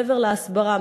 מעבר להסברה,